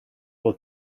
will